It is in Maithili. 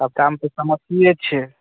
सबटामे तऽ समस्ये छै